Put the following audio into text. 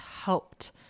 helped